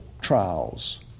trials